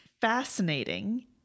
Fascinating